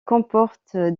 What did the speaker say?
comporte